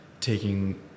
taking